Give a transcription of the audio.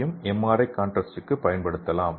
ஐ கான்ட்ராஸ்ட்க்கு பயன்படுத்தலாம்